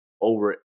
over